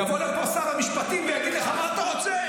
יבוא לפה שר המשפטים ויגיד לך: מה אתה רוצה?